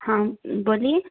हाँ बोलिए